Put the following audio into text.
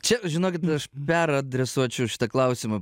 čia žinokit aš peradresuočiau šitą klausimą